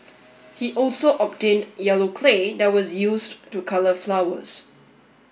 he also obtained yellow clay that was used to colour flowers